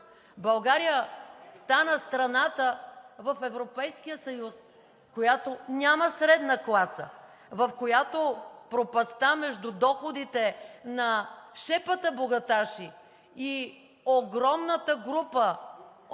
България стана страната в Европейския съюз, която няма средна класа, в която пропастта между доходите на шепата богаташи и огромната група